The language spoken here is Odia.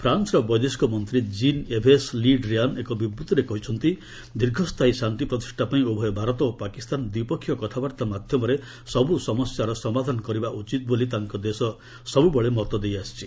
ଫ୍ରାନ୍କର ବୈଦେଶିକ ମନ୍ତ୍ରୀ ଜିନ୍ ୟେଭେସ୍ ଲି ଡ୍ରିୟାନ୍ ଏକ ବିବୃଭିରେ କହିଛନ୍ତି ଦୀର୍ଘସ୍ଥାୟୀ ଶାନ୍ତି ପ୍ରତିଷ୍ଠା ପାଇଁ ଉଭୟ ଭାରତ ଓ ପାକିସ୍ତାନ ଦ୍ୱିପକ୍ଷିୟ କଥାବାର୍ତ୍ତା ମାଧ୍ୟମରେ ସବୁ ସମସ୍ୟାର ସମାଧାନ କରିବା ଉଚିତ୍ ବୋଲି ତାଙ୍କ ଦେଶର ସବୁବେଳେ ମତ ରହିଆସିଛି